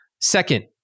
Second